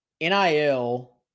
NIL